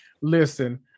Listen